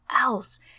else